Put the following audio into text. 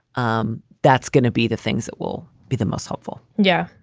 um that's gonna be the things that will be the most helpful yeah,